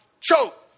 choke